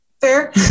Fair